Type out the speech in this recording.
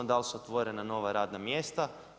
Da li su otvorena nova radna mjesta?